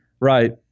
Right